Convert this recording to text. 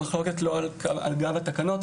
המחלוקת לא על גב התקנות,